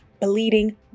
Bleeding